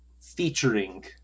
featuring